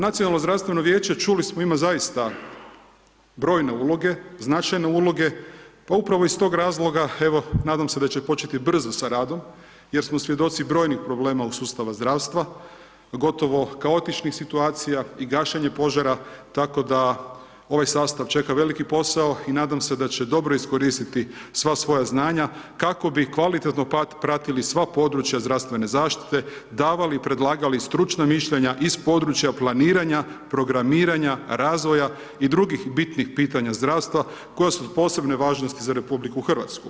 Nacionalno zdravstveno vijeće, čuli smo, ima zaista brojne uloge, značajne uloge, pa upravo iz tog razloga, evo, nadam se da će početi brzo sa radom jer smo svjedoci brojnih problema u sustavu zdravstva, gotovo kaotičnih situacija i gašenje požara, tako da ovaj sastav čeka veliki posao i nadam se da će dobro iskoristiti sva svoja znanja kako bi kvalitetno pratili sva područja zdravstvene zaštite, davali i predlagali stručna mišljenja iz područja planiranja, programiranja, razvoja i drugih bitnih pitanja zdravstva koja su od posebne važnosti za RH.